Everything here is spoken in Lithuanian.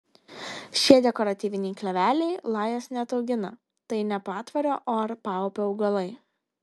šie dekoratyviniai kleveliai lajos neataugina tai ne patvorio ar paupio augalai